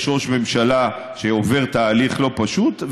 יש ראש ממשלה שעובר תהליך לא פשוט,